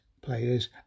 players